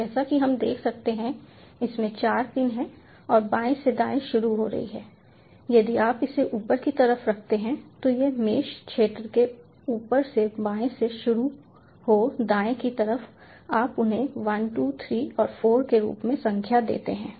तो जैसा कि हम देख सकते हैं कि इसमें 4 पिन हैं और बाएं से दाएं शुरू हो रही है यदि आप इसे ऊपर की तरफ रखते हैं तो यह मेष क्षेत्र के ऊपर से बाएं से शुरू हो दाएं की तरफ आप उन्हें 1 2 3 और 4 के रूप में संख्या देते हैं